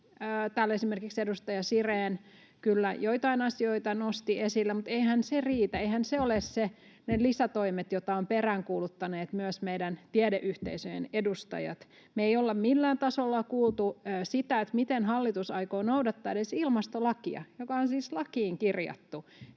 Täällä esimerkiksi edustaja Sirén kyllä joitain asioita nosti esille, mutta eihän se riitä. Eihän se ole ne lisätoimet, joita ovat peräänkuuluttaneet myös meidän tiedeyhteisöjen edustajat. Me ei olla millään tasolla kuultu sitä, miten hallitus aikoo noudattaa edes ilmastolakia, joka on siis lakiin kirjattu,